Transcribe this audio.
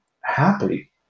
happy